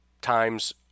times